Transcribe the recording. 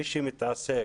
מי שמתעסק,